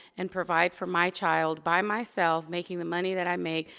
and provide for my child by myself, making the money that i make,